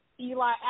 Eli